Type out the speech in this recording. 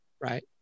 right